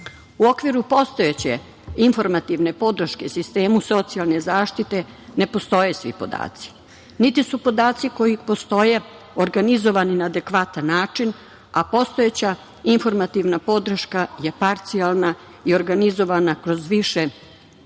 U okviru postojeće informativne podrške sistemu socijalne zaštite ne postoje svi podaci niti su podaci koji postoje organizovani na adekvatan način, a postojeća informativna podrška je parcijalna i organizovana kroz više odvojenih